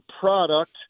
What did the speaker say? product